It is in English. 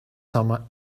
summer